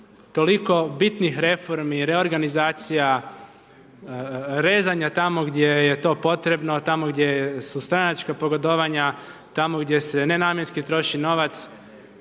toliko bitnih reformi, reorganizacija, rezanja tamo gdje je to potrebno, tamo gdje su stranačka pogodovanja, tamo gdje se nenamjenski troši novac,